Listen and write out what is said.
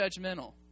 judgmental